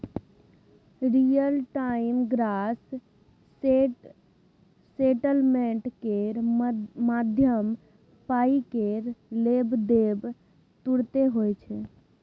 real time gross settlement केर माध्यमसँ पाइ केर लेब देब तुरते होइ छै